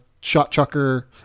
shot-chucker